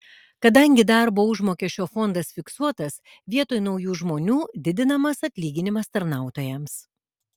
kadangi darbo užmokesčio fondas fiksuotas vietoj naujų žmonių didinamas atlyginimas tarnautojams